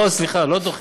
לא, סליחה, לא דוחים.